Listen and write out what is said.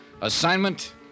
Assignment